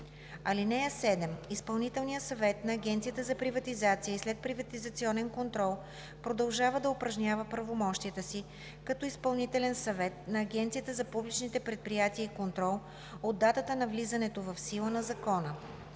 закона. (7) Изпълнителният съвет на Агенцията за приватизация и следприватизационен контрол продължава да упражнява правомощията си като Изпълнителен съвет на Агенцията за публичните предприятия и контрол от датата на влизането в сила на закона.